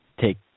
take